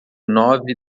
nove